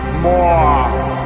more